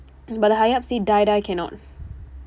but the higher up say die die cannot